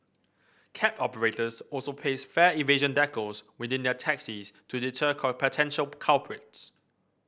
cab operators also paste fare evasion decals within their taxis to deter potential culprits